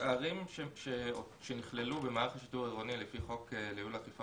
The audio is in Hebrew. ערים שנכללו במהלך השיטור העירוני לפי חוק ניהול אכיפה